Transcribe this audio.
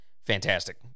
fantastic